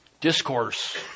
discourse